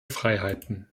freiheiten